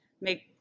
make